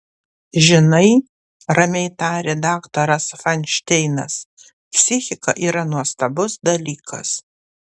žinai ramiai tarė daktaras fainšteinas psichika yra nuostabus dalykas